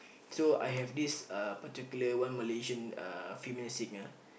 so I have this uh particular one Malaysian uh female singer